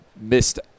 missed